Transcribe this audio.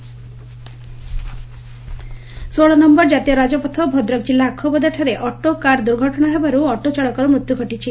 ଦ୍ର୍ଘଟଣା ଷୋହଳ ନୟର ଜାତୀୟ ରାଜପଥ ଭଦ୍ରକ ଜିଲ୍ଲା ଆଖୁଆପଦାଠାରେ ଅଟୋ କାର୍ ଦୁର୍ଘଟଣା ହେବାରୁ ଅଟୋ ଚାଳକର ମୃତ୍ଧୁ ଘଟିଛି